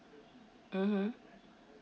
mmhmm